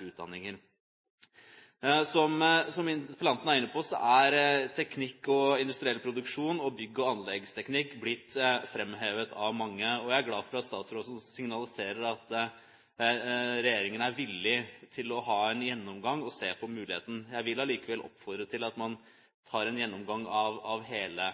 utdanninger. Som interpellanten var inne på, er teknikk og industriell produksjon og bygg- og anleggsteknikk blitt framhevet av mange, og jeg er glad for at statsråden signaliserer at regjeringen er villig til å ha en gjennomgang og se på muligheten i den forbindelse. Jeg vil allikevel oppfordre til at man tar en gjennomgang av hele